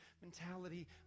mentality